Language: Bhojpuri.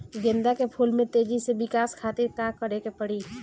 गेंदा के फूल में तेजी से विकास खातिर का करे के पड़ी?